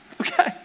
okay